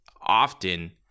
often